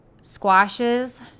squashes